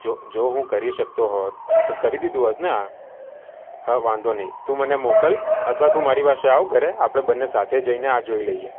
જો હું કરી શકતો હોત તો કરી દીધું હોત ને આ હા વાંધો નઈ તું મને મોકલ અથવા તું મારી પાસે આવ ઘરે આપણે બંને સાથે જઈને આ જોઈ લઈએ